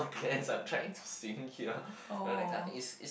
I'm trying to sing here you know that kind of thing is is